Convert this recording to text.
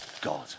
God